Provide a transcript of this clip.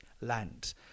land